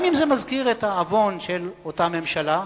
גם אם זה מזכיר את העוון של אותה ממשלה,